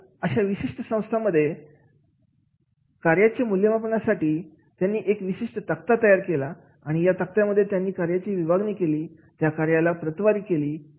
आणि या विशिष्ट संस्थेमध्ये कार्याच्या मूल्यमापनासाठी त्यांनी एक विशिष्ट तक्ता तयार केला आणि या तक्त्यामध्ये त्यांनी कार्याची विभागणी केली त्या कार्याला प्रतवारी केली